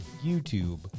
YouTube